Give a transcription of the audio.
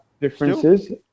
...differences